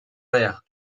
verre